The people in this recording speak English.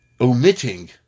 omitting